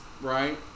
Right